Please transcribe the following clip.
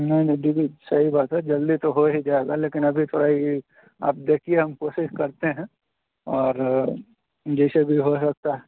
नहीं नहीं सही बात है जल्दी तो हो ही जाएगा लेकिन अभी थोड़ा यह आप देखिए हम कोशिश करते हैं और जैसे भी हो सकता है